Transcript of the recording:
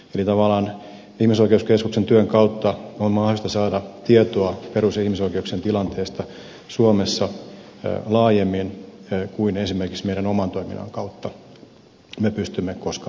eli tavallaan ihmisoikeuskeskuksen työn kautta on mahdollista saada tietoa perus ja ihmisoikeuksien tilanteesta suomessa laajemmin kuin esimerkiksi meidän oman toimintamme kautta me pystymme koskaan tekemään